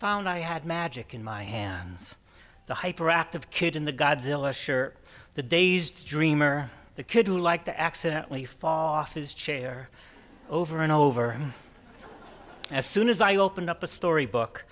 found i had magic in my hands the hyperactive kid in the godzilla sure the dazed dreamer the kid who like to accidentally fall off his chair over and over as soon as i opened up a story book